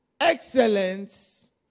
Excellence